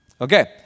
Okay